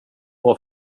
bra